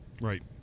Right